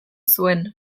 zuen